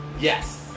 Yes